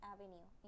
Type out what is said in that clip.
Avenue